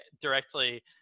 directly